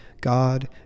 God